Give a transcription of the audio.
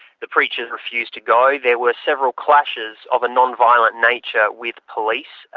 the preachers refused to go. there were several clashes of a non-violent nature with police.